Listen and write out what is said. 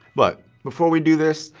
but before we do this,